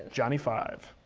johnny five.